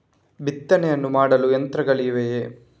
ಬಿತ್ತನೆಯನ್ನು ಮಾಡಲು ಯಂತ್ರಗಳಿವೆಯೇ?